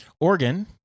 Organ